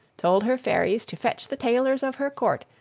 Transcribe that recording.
told her fairies to fetch the tailors of her court,